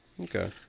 Okay